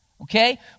Okay